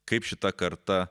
kaip šita karta